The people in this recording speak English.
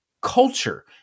culture